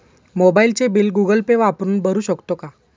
मोबाइलचे bill Google Pay वापरून भरू शकतो का?